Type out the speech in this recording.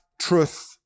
truth